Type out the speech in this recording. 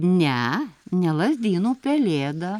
ne ne lazdynų pelėda